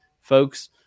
folks